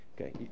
Okay